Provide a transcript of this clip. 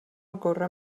ocorre